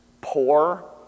poor